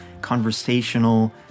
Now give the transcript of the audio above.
conversational